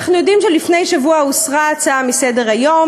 אנחנו יודעים שלפני שבוע הוסרה ההצעה מסדר-היום,